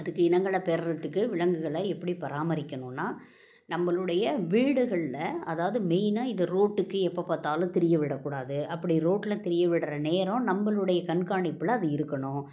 அதுக்கு இனங்களை பெறுறத்துக்கு விலங்குகளை எப்படி பராமரிக்கணுன்னால் நம்மளுடைய வீடுகளில் அதாவது மெயினாக இது ரோட்டுக்கு எப்போ பார்த்தாலும் திரிய விடக்கூடாது அப்படி ரோட்டில் திரிய விடுகிற நேரம் நம்மளுடைய கண்காணிப்பில் அது இருக்கணும்